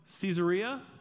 Caesarea